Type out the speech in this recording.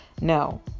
No